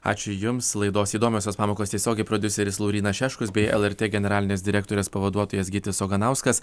ačiū jums laidos įdomiosios pamokos tiesiogiai prodiuseris laurynas šeškus bei lrt generalinės direktorės pavaduotojas gytis oganauskas